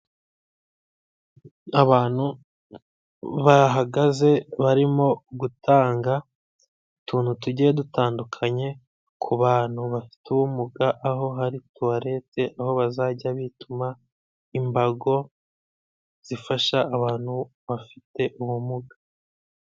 Abantu bahagaze barimo gutanga utuntu tugiye dutandukanye, ku bantu bafite ubumuga, aho hari tuwarete aho bazajya bituma, imbago zifasha abantu bafite ubumuga.